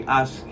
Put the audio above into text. ask